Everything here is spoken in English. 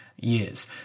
years